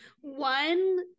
one